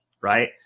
Right